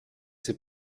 ses